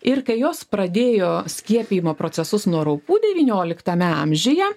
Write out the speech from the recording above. ir kai jos pradėjo skiepijimo procesus nuo raupų devynioliktame amžiuje